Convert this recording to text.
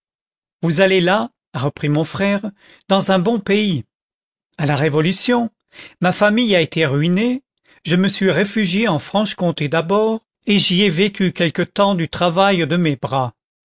vous allez là a repris mon frère dans un bon pays à la révolution ma famille a été ruinée je me suis réfugié en franche-comté d'abord et j'y ai vécu quelque temps du travail de mes bras